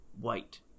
white